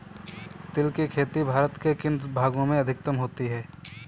तिल की खेती भारत के किन भागों में अधिकतम होती है?